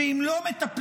ואם לא מטפלים,